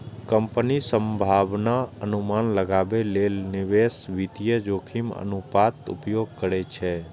कंपनीक संभावनाक अनुमान लगाबै लेल निवेशक वित्तीय जोखिम अनुपातक उपयोग करै छै